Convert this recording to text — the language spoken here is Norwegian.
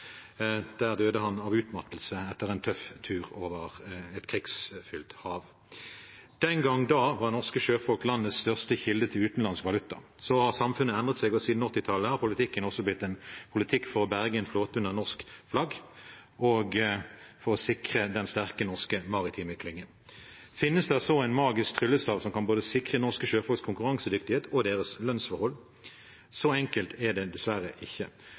Der døde han av utmattelse etter en tøff tur over et krigsfylt hav. Den gang da var norske sjøfolk landets største kilde til utenlandsk valuta. Så har samfunnet endret seg. Siden 1980-tallet har politikken også blitt en politikk for å berge en flåte under norsk flagg, og for å sikre den sterke, norske maritime klyngen. Finnes det så en magisk tryllestav, som kan sikre både norske sjøfolks konkurransedyktighet og deres lønnsforhold? Så enkelt er det dessverre ikke.